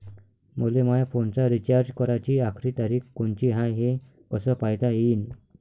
मले माया फोनचा रिचार्ज कराची आखरी तारीख कोनची हाय, हे कस पायता येईन?